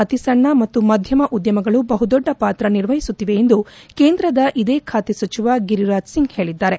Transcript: ಅತೀ ಸಣ್ಣ ಮತ್ತು ಮಧ್ಣಮ ಉದ್ಯಮಗಳು ಬಹುದೊಡ್ಡ ಪಾತ್ರ ನಿರ್ವಹಿಸುತ್ತಿವೆ ಎಂದು ಕೇಂದ್ರದ ಇದೇ ಖಾತೆ ಸಚಿವ ಗಿರಿರಾಜ್ ಸಿಂಗ್ ಹೇಳಿದ್ದಾರೆ